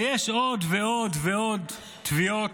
ויש עוד ועוד ועוד תביעות.